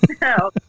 No